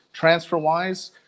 TransferWISE